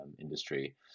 industry